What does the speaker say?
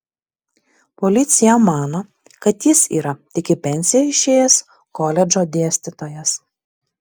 policija mano kad jis yra tik į pensiją išėjęs koledžo dėstytojas